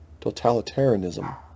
Totalitarianism